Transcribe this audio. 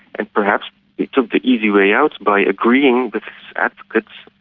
and perhaps they took the easy way out by agreeing with his advocates,